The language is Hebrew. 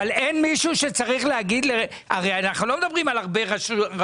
אין מישהו שצריך להגיד הרי אנחנו לא מדברים על הרבה רשויות.